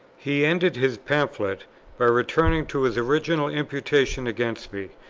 he ended his pamphlet by returning to his original imputation against me,